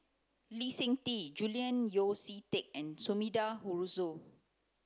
Lee Seng Tee Julian Yeo See Teck and Sumida Haruzo